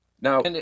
Now-